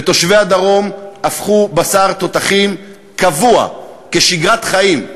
ותושבי הדרום הפכו בשר תותחים קבוע כשגרת חיים,